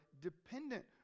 dependent